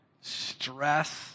stress